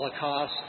Holocaust